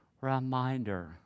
reminder